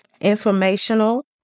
informational